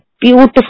beautiful